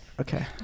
okay